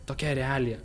tokia realija